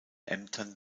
ämtern